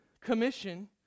Commission